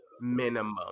minimum